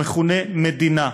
המכונה "מדינה".